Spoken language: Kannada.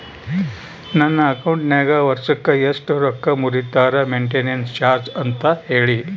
ನನ್ನ ಅಕೌಂಟಿನಾಗ ವರ್ಷಕ್ಕ ಎಷ್ಟು ರೊಕ್ಕ ಮುರಿತಾರ ಮೆಂಟೇನೆನ್ಸ್ ಚಾರ್ಜ್ ಅಂತ ಹೇಳಿ?